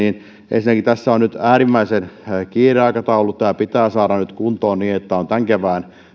ensinnäkin tässä on nyt äärimmäisen kiireinen aikataulu tämä pitää saada nyt kuntoon niin että tämä laina on jo tämän kevään